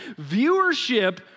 viewership